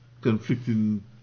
conflicting